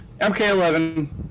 MK11